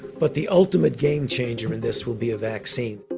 but the ultimate game changer in this will be a vaccine